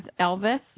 Elvis